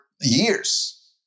years